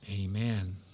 Amen